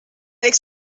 avec